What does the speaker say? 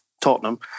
Tottenham